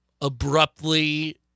abruptly